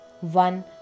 one